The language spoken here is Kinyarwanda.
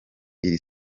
iri